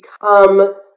become